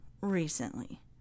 recently